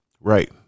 Right